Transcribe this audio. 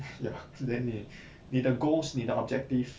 ya so then 你你的 goals 你的 objective